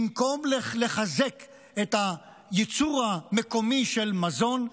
במקום לחזק את הייצור המקומי של מזון,